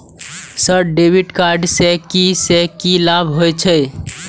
Sir debit card से की से की लाभ हे छे?